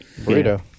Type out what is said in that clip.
Burrito